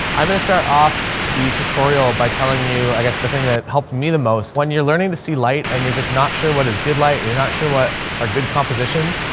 i'm going to start off the tutorial by telling you, i guess the thing that helped me the most, when you're learning to see light and you're just not sure what is good light and you're not sure what are good compositions,